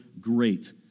great